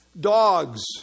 dogs